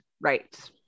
right